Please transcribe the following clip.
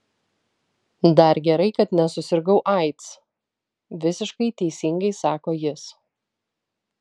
dar gerai kad nesusirgau aids visiškai teisingai sako jis